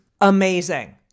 amazing